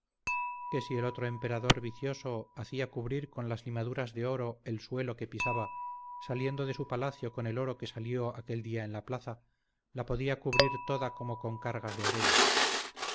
que si el otro emperador vicioso hacia cubrir con las limaduras de oro el suelo que pisaba saliendo de su palacio con el oro que salió aquel día en la plaza la podía cubrir toda como con cargas de arena